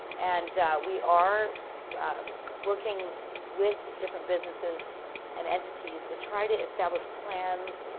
and we are working with different businesses and entities to try to establish plans,